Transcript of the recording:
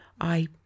I